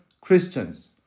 Christians